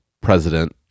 President